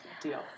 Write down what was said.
deal